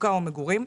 תעסוקה ומגורים.